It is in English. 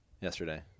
yesterday